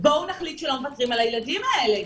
בואו נחליט שלא מוותרים על הילדים האלה.